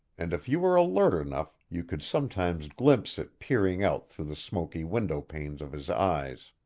and if you were alert enough you could sometimes glimpse it peering out through the smoky windowpanes of his eyes.